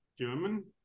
German